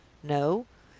no?